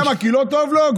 למה, כי לא טוב לו?